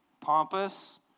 pompous